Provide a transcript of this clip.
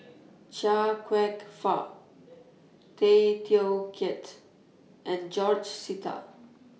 Chia Kwek Fah Tay Teow Kiat and George Sita